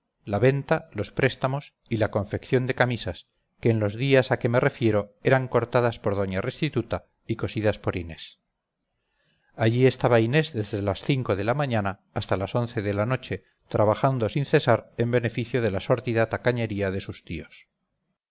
la venta los préstamos y la confección de camisas que en los días a que me refiero eran cortadas por doña restituta y cosidas por inés allí estaba inés desde las cinco de la mañana hasta las once de la noche trabajando sin cesar en beneficio de la sórdida tacañería de sus tíos